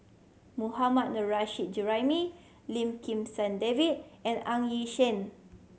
Mohammad Nurrasyid Juraimi Lim Kim San David and Ng Yi Sheng